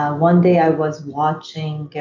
um one day i was watching